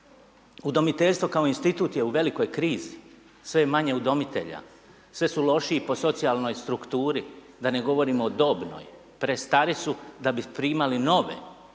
Udomiteljstvo kao institut je u velikoj krizi, sve je manje udomitelja, sve su lošiji po socijalnoj strukturi da ne govorimo o dobnoj, prestari su da bi primali nove korisnike,